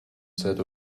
said